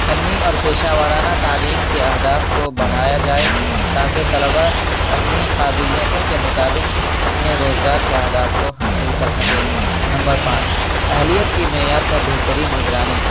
فنی اور پیشہ وارانہ تعلیم کے اہداف کو بڑھایا جائے تاکہ طلباء اپنی قابلیتوں کے مطابق اپنے روزگار کے اہداف کو حاصل کر سکیں نمبر پانچ اہلیت کی معیار کا بہترین نگرانی